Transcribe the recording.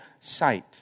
sight